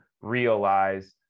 realize